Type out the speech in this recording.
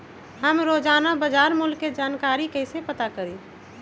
हम रोजाना बाजार मूल्य के जानकारी कईसे पता करी?